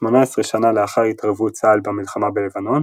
כ-18 שנה לאחר התערבות צה"ל במלחמה בלבנון,